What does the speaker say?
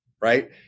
right